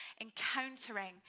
encountering